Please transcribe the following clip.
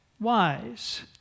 wise